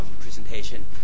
presentation